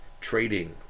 trading